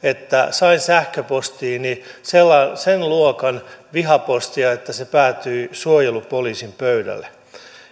sain sähköpostiini sen luokan vihapostia että se päätyi suojelupoliisin pöydälle